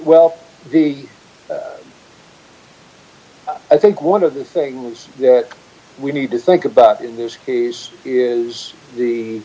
for the i think one of the things that we need to think about in this case is the